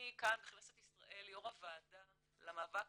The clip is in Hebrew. אני כאן בכנסת ישראל, יו"ר הוועדה למאבק